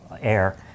air